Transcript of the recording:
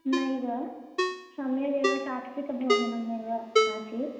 नैव सम्यगेव सात्विकभोजनमेव आसीत्